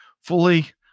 fully